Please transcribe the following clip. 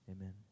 amen